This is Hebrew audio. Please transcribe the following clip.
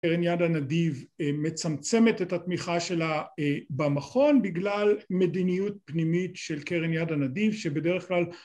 קרן יד הנדיב מצמצמת את התמיכה שלה במכון בגלל מדיניות פנימית של קרן יד הנדיב שבדרך כלל